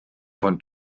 von